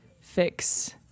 fix